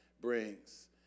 brings